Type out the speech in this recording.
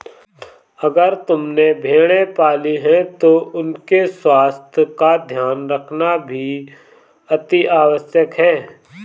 अगर तुमने भेड़ें पाली हैं तो उनके स्वास्थ्य का ध्यान रखना भी अतिआवश्यक है